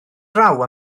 draw